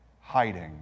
hiding